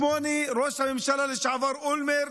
ראש הממשלה לשעבר אולמרט